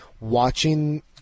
watching